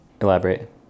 Elaborate